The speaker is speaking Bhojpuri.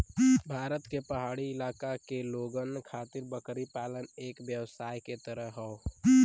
भारत के पहाड़ी इलाका के लोगन खातिर बकरी पालन एक व्यवसाय के तरह हौ